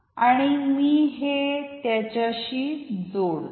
आणि मी हे त्याच्याशी जोडतो